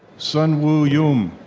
sunwoo youm.